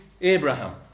Abraham